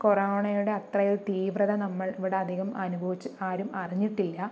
കൊറോണയുടെ അത്രയും തീവ്രത നമ്മൾ ഇവിടെ അധികം അനുഭവിച്ച് ആരും അറിഞ്ഞിട്ടില്ല